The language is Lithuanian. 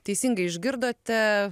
teisingai išgirdote